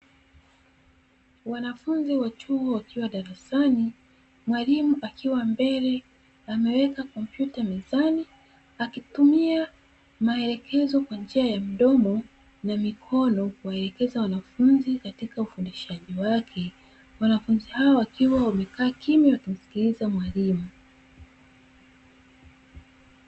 Wanafunzi wa chuo wakiwa darasani, mwalimu akiwa mbele ameweka kompyuta mezani, akitumia maelekezo kwa njia ya mdomo na mikono kuwaelekeza wanafunzi, katika ufundishaji wake. Wanafunzi hao wakiwa wamekaa kimya wakimsikiliza mwalimu.